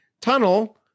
tunnel